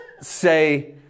say